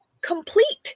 complete